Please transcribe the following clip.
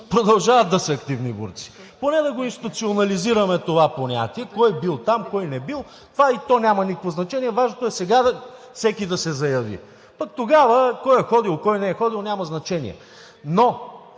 продължават да са активни борци. Поне да институционализираме това понятие кой е бил там, кой не е бил и това няма никакво значение – важното е сега всеки да се заяви, а тогава кой е ходил, кой не е ходил няма значение. Но